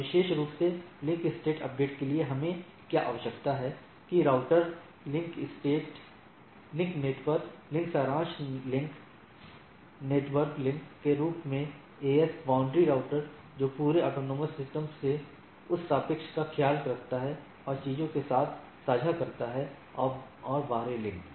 और विशेष रूप से लिंक स्टेट अपडेट के लिए हमें यह आवश्यक है कि राउटर लिंक नेटवर्क लिंक सारांश लिंक नेटवर्क लिंक के रूप में एएस बाउंड्री राउटर जो पूरे स्वायत्त सिस्टम के उस संक्षेप का ख्याल रखता है और चीजों के साथ साझा करता है और बाहरी लिंक